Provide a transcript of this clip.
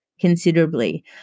considerably